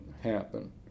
happen